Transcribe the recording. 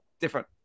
different